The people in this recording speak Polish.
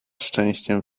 szczęściem